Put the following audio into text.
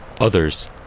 Others